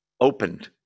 opened